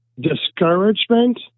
discouragement